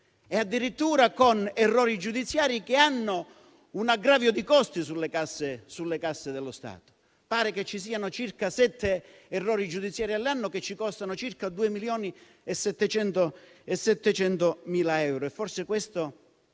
addirittura con errori giudiziari che hanno un aggravio di costi sulle casse dello Stato. Pare che ci siano circa sette errori giudiziari all'anno che ci costano circa 2.700.000 euro.